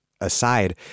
aside